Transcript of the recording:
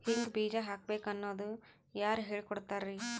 ಹಿಂಗ್ ಬೀಜ ಹಾಕ್ಬೇಕು ಅನ್ನೋದು ಯಾರ್ ಹೇಳ್ಕೊಡ್ತಾರಿ?